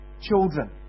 children